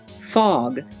Fog